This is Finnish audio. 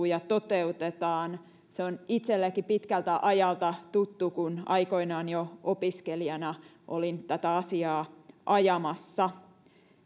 ja toteutetaan se on itsellenikin pitkältä ajalta tuttu kun aikoinaan jo opiskelijana olin tätä asiaa ajamassa